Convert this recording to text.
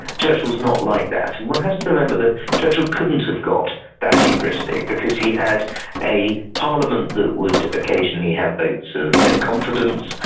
churchill was not like that, and one has to remember that churchill couldn't have got that hubristic, because he had a parliament that would occasionally have votes of no confidence,